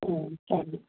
ம் சரி